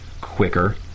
quicker